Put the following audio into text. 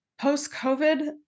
post-COVID